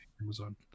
amazon